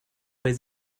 weil